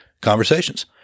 conversations